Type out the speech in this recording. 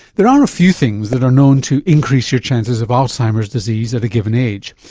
there are a few things that are known to increase your chances of alzheimer's disease at a given age,